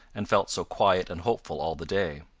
and felt so quiet and hopeful all the day.